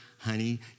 honey